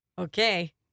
Okay